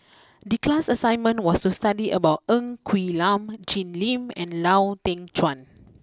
the class assignment was to study about Ng Quee Lam Jim Lim and Lau Teng Chuan